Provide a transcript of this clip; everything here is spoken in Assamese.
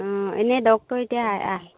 অঁ এনেই ডক্তৰেই এতিয়া আহ আহ